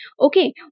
Okay